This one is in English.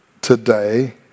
today